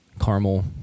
caramel